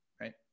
right